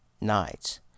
nights